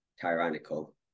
tyrannical